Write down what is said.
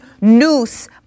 noose